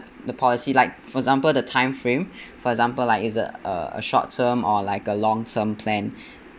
the policy like for example the time frame for example like is it a short term or like a long term plan